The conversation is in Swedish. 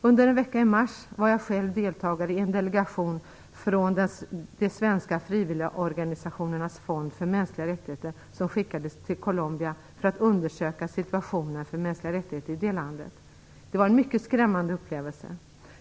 Under en vecka i mars var jag själv deltagare i en delegation från de svenska frivilligorganisationernas fond för mänskliga rättigheter, som skickades till Colombia för att undersöka situationen för mänskliga rättigheter i det landet. Det var en mycket skrämmande upplevelse.